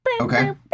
Okay